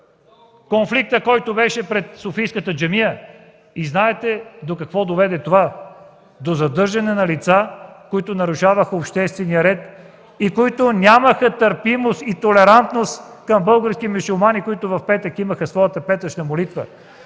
конфликта, който беше пред софийската джамия. Знаете до какво доведе това – до задържане на лица, които нарушаваха обществения ред и които нямаха търпимост и толерантност към български мюсюлмани, които в петък имаха своята молитва.